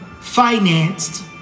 financed